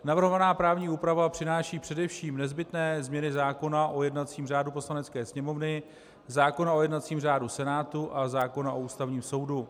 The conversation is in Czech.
Navrhovaná právní úprava přináší především nezbytné změny zákona o jednacím řádu Poslanecké sněmovny, zákona o jednacím řádu Senátu a zákona o Ústavním soudu.